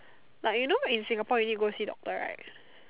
like you know in Singapore you need go see doctor right